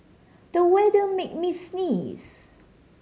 the weather made me sneeze